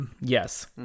yes